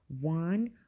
one